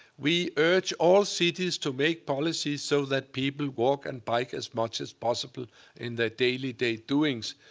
we urge all cities to make policies so that people walk and bike as much as possible in their day-to-day doings.